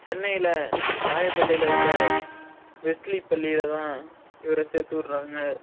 சென்னையில் ராயப்பேட்டையில் இருக்க வெஸ்ட்லி பள்ளியில தான் இவரை சேர்த்துவுட்றாங்க